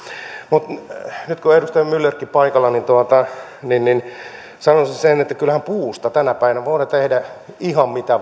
mutta nyt kun on edustaja myllerkin paikalla niin niin sanoisin sen että kyllähän puusta tänä päivänä voidaan tehdä ihan mitä